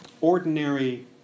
ordinary